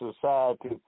society